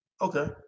Okay